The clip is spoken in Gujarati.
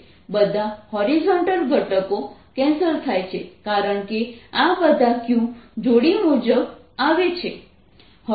બધા હોરિઝોન્ટલ ઘટકો કેન્સલ થાય છે કારણ કે આ બધા Q જોડી મુજબ આવે છે